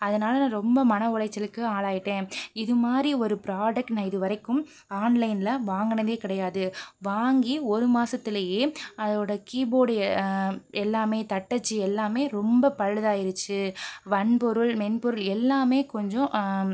அதனால் நான் ரொம்ப மனஉளைச்சலுக்கு ஆளாயிட்டேன் இதுமாதிரி ஒரு ப்ராடக்ட் நான் இதுவரைக்கும் ஆன்லைனில் வாங்கினதே கிடையாது வாங்கி ஒரு மாசத்துலேயே அதோடய கீபோர்டு எல்லாமே தட்டச்சு எல்லாமே ரொம்ப பழுதாயிருச்சி வன்பொருள் மென்பொருள் எல்லாமே கொஞ்சம்